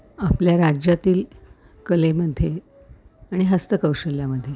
आपल्या राज्यातील कलेमध्ये आणि हस्तकौशल्यामध्ये